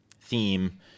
theme